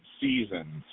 seasons